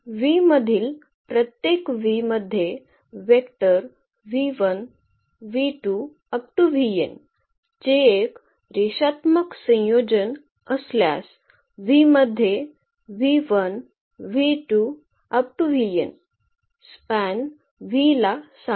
v मधील प्रत्येक v मध्ये वेक्टर चे एक रेषात्मक संयोजन असल्यास v मध्ये स्पॅन v ला सांगितले जाते